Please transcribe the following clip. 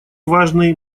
важный